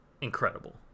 incredible